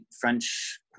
French